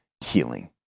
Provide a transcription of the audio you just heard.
healing